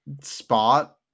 spot